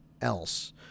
else